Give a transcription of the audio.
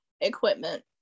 equipment